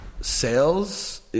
Sales